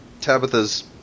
Tabitha's